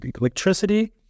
electricity